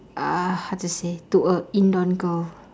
uh how to say to a indon girl